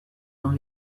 dans